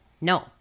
no